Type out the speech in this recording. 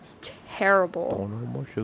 terrible